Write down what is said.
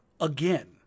again